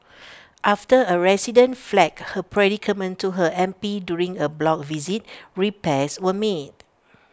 after A resident flagged her predicament to her M P during A block visit repairs were made